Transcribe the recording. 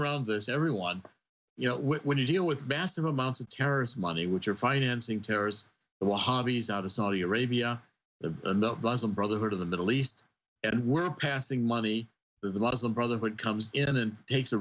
around this everyone you know when you deal with massive amounts of terrorist money which are financing terrorist what hobbies of saudi arabia and the muslim brotherhood of the middle east and we're passing money there's a lot of the brotherhood comes in and takes a